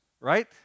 right